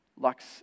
Lux